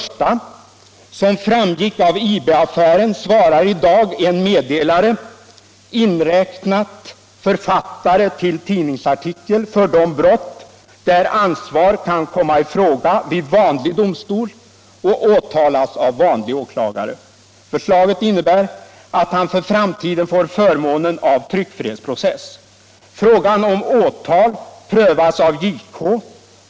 Som framgick av IB-affären ansvarar i dag en meddelare, inräknat författare till tidningsartikel, för de brott där ansvar kan komma i fråga vid vanlig domstol och åtalas av vanlig åklagare. Förslaget innebär att han för framtiden får förmånen av tryckfrihetsprocess. Frågan om åtal prövas av JK.